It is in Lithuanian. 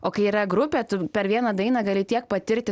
o kai yra grupė tu per vieną dainą gali tiek patirti